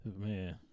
Man